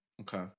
Okay